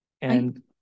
And-